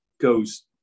goes